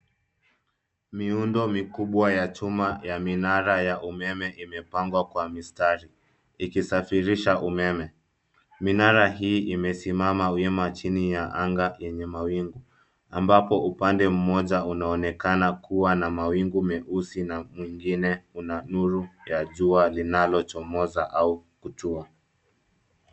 Miundo mikubwa ya chuma ya minara ya umeme imepangwa kwa mistari ikisafirisha umeme. Minara hii imesimama wima chini ya anga yenye mawingu, ambapo upande mmoja unaonekana kuwa na mawingu meusi na mwingine una nuru ya jua linalochomoza au kutua.